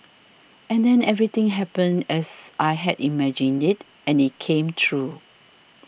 and then everything happened as I had imagined it and it came true